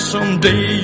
Someday